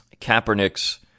Kaepernick's